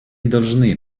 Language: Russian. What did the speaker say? должны